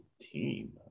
team